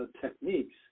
techniques